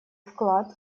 вклад